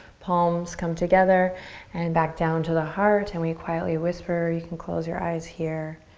palms come together and back down to the heart. and we quietly whisper, you can close your eyes here.